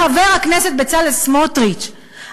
חבר הכנסת בצלאל סמוטריץ,